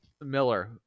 Miller